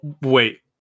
Wait